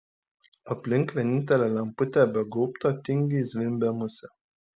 aplink vienintelę lemputę be gaubto tingiai zvimbė musė